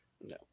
No